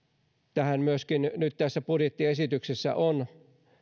tähän myöskin nyt tässä budjettiesityksessä on